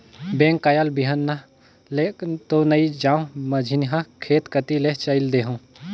bank कायल बिहन्हा ले तो नइ जाओं, मझिन्हा खेत कति ले चयल देहूँ